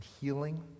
healing